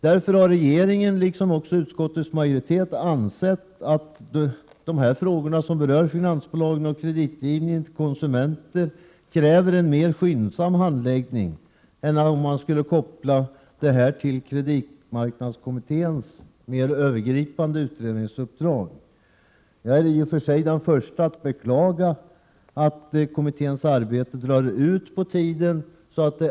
Därför har regeringen, liksom också utskottets majoritet, ansett att de frågor som berör finansbolagen och kreditgivningens konsumenter kräver en mer skyndsam handläggning än om man skulle koppla det hela till kreditmarknadskommitténs mer övergripande utredningsuppdrag. Jag är i och för sig den förste att beklaga att kommitténs arbete drar ut på tiden, så att det är nödvändigt att på — Prot.